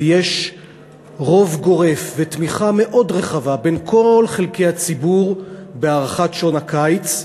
ויש רוב גורף ותמיכה מאוד רחבה בכל חלקי הציבור בהארכת שעון הקיץ.